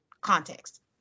context